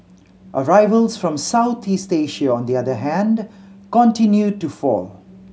arrivals from Southeast Asia on the other hand continued to fall